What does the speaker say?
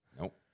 Nope